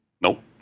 Nope